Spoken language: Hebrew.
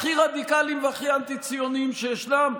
הכי רדיקליים והכי אנטי-ציוניים שישנם?